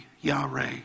Yahweh